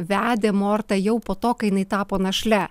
vedė mortą jau po to kai jinai tapo našle